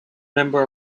member